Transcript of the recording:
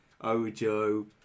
Ojo